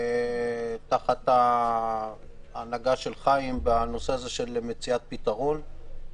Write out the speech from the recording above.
תחת ההנהגה של חיים, למציאת פתרון.